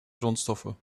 grondstoffen